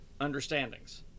understandings